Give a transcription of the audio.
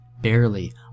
barely